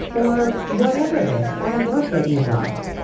or whatever it is, find work that you love.